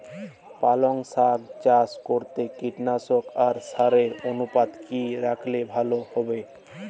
পালং শাক চাষ করতে কীটনাশক আর সারের অনুপাত কি রাখলে ভালো হবে?